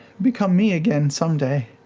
become me again, someday.